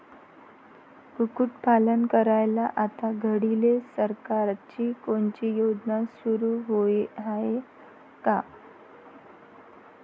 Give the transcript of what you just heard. कुक्कुटपालन करायले आता घडीले सरकारची कोनची योजना सुरू हाये का?